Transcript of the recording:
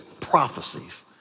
prophecies